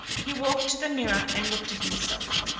he walked to the mirror and looked at himself.